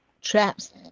traps